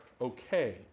okay